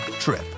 trip